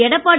Edappadi